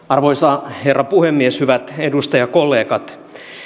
arvoisa herra puhemies hyvät edustajakollegat